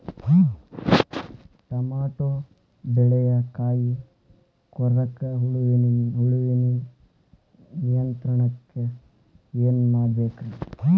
Tomato ಬೆಳೆಯ ಕಾಯಿ ಕೊರಕ ಹುಳುವಿನ ನಿಯಂತ್ರಣಕ್ಕ ಏನ್ ಮಾಡಬೇಕ್ರಿ?